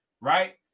right